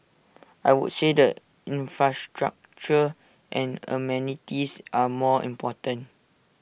I would say the infrastructure and amenities are more important